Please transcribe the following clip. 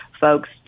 Folks